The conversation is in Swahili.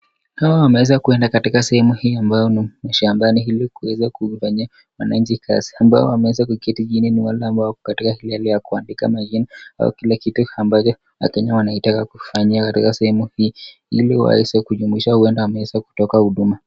Hawa wameweza kuenda katika sehemu hii ambayo ni shambani ili kuweza kufanyia wanainchi kazi. Ambao wameweza kuketi chini ni wale ambao wako katika hiari ya kuandika majina au kila kitu ambayo wakenya wanaitaka kufanyiwa katika sehemu hii. Ili waweze kujumuishwa huenda wameweza kutoka huduma.